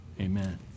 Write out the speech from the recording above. Amen